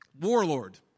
warlord